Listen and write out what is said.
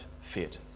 fit